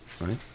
right